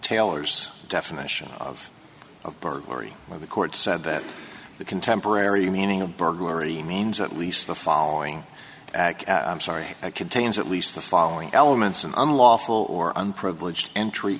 taylor's definition of a burglary when the court said that the contemporary meaning of burglary means at least the following sorry contains at least the following elements an unlawful or